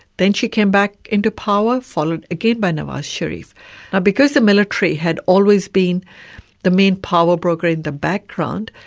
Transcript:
then she came back into power, followed again by nawar sharif. now because the military had always been the main power broker in the background,